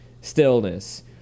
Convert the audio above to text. stillness